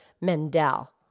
Mendel